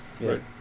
Right